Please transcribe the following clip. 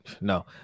no